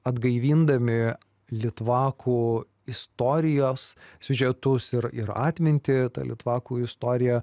atgaivindami litvakų istorijos siužetus ir ir atmintį litvakų istoriją